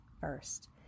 first